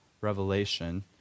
Revelation